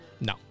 No